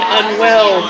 unwell